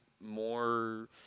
more